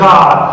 God